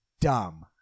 dumb